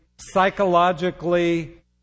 psychologically